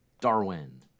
Darwin